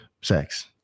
sex